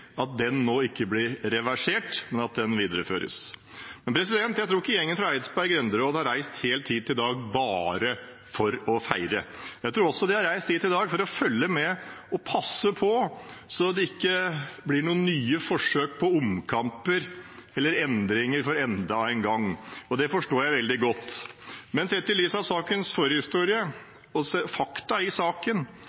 ikke blir reversert, men videreføres. Men jeg tror ikke gjengen fra Edsberg Grenderåd har reist helt hit i dag bare for å feire. Jeg tror også at de har reist hit i dag for å følge med og passe på så det ikke blir noen nye forsøk på omkamper eller endringer enda en gang, og det forstår jeg veldig godt. Men sett i lys av sakens